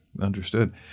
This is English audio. understood